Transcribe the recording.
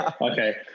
Okay